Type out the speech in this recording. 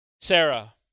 Sarah